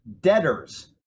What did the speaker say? debtors